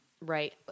right